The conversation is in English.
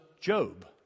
Job